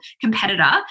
competitor